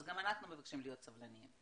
אז גם אנחנו מבקשים להיות סבלניים.